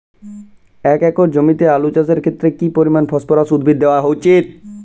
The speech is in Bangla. এক একর জমিতে আলু চাষের ক্ষেত্রে কি পরিমাণ ফসফরাস উদ্ভিদ দেওয়া উচিৎ?